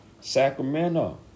Sacramento